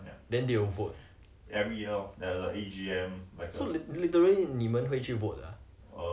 oh there's a like the resident then they will vote